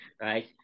Right